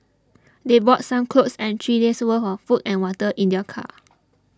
they brought some clothes and three days' worth of food and water in their car